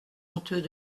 honteux